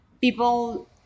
people